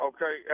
Okay